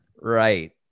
right